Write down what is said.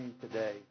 today